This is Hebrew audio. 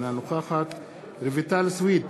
אינה נוכחת רויטל סויד,